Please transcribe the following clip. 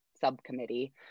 subcommittee